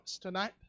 tonight